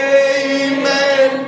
amen